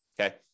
Okay